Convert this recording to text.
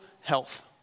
health